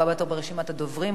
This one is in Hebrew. הבא בתור ברשימת הדוברים,